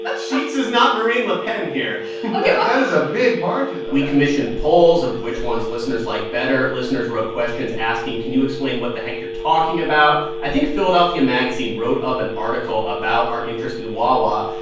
but sheetz is not marine le pen here ah yeah that is a big margin, though we commissioned polls of which ones listeners liked like better. listeners wrote questions asking, can you explain what the heck you're talking about? i think philadelphia magazine wrote up an article about our interest in wawa.